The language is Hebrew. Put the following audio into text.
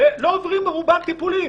רובם לא עוברים טיפולים.